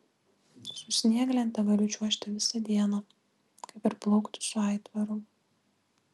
su snieglente galiu čiuožti visą dieną kaip ir plaukti su aitvaru